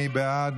מי בעד?